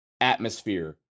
atmosphere